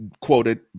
quoted